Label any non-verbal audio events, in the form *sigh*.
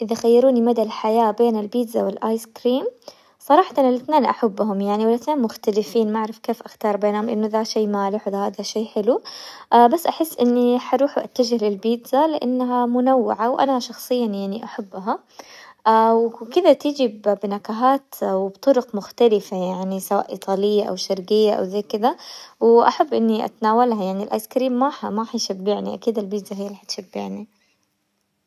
اذا خيروني مدى الحياة بين البيتزا والايس كريم صراحة الاثنين احبهم يعني والاثنين مختلفين ما اعرف كيف اختار بينهم انه ذا شي مالح واذا هذا شي حلو، *hesitation* بس احس اني حروح واتجه للبيتزا لانها منوعة وانا شخصيا يعني احبها، *hesitation* وكذا بنكهات وبطرق مختلفة يعني سواء ايطالية او شرقية او زي كذا، واحب اني اتناولها يعني الايس كريم ما-ما حيشبعني، اكيد البيتزا هي اللي حتشبعني.